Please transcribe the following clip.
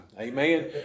Amen